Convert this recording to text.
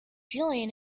jillian